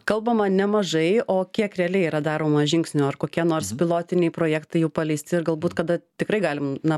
kalbama nemažai o kiek realiai yra daroma žingsnių ar kokie nors pilotiniai projektai jau paleisti ir galbūt kada tikrai galim na